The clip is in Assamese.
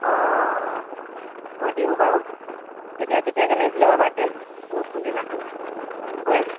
অঁ অঁ মই দিওঁ বাৰু এতিয়া কেতিয়াকৈ লাগিছিলে বাৰু বাৰ্থডে অঁ কোন দিনাখন হয়